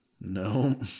No